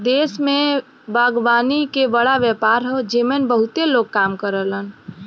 देश में बागवानी के बड़ा व्यापार हौ जेमन बहुते लोग काम करलन